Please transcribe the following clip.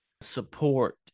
support